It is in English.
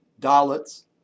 Dalits